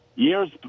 Years